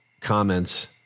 comments